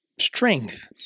strength